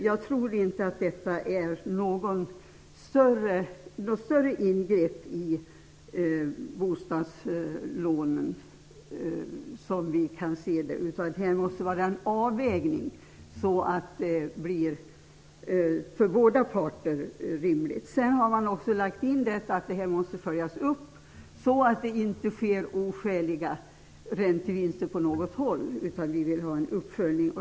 Jag tror dock inte att detta är något större ingrepp i bostadslånen. Så ser vi på detta. Här måste det ske en avvägning så att det hela blir rimligt för båda parter. Vidare har man lagt in här att detta måste följas upp så att det inte sker oskäliga räntevinster på något håll. Därför vill vi alltså ha en uppföljning.